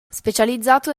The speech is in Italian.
specializzato